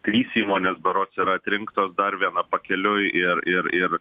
trys įmonės berods yra atrinktos dar viena pakeliui ir ir ir